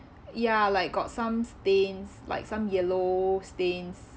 ya like got some stains like some yellow stains